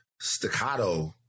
staccato